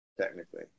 technically